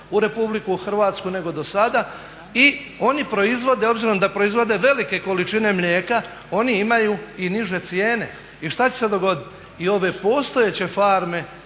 u Republiku Hrvatsku nego do sada. I oni proizvode obzirom da proizvode velike količine mlijeka oni imaju i niže cijene. I šta će se dogoditi? I ove postojeće farme